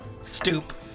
stoop